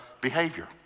behavior